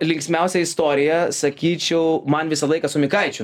linksmiausia istorija sakyčiau man visą laiką su mikaičiu